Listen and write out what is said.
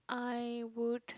I would